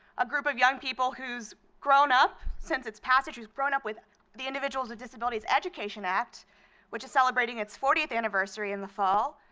a group of young people who's grown up since its passage who's grown up with the individuals with disabilities education act which is celebrating its fortieth anniversary in the fall.